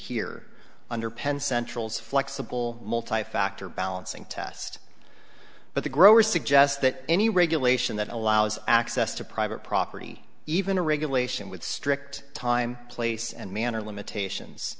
here under pen central's flexible multi factor balancing test but the growers suggest that any regulation that allows access to private property even a regulation with strict time place and manner limitations